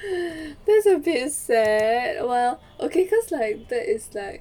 that's a bit sad well okay cause like that is like